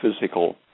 physical